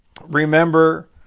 remember